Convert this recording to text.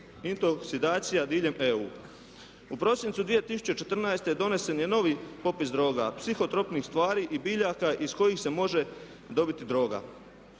intoksikacija diljem EU. U prosincu 2014. donesen je novi popis droga, psihotropnih stvari i biljaka iz kojih se može dobiti droga.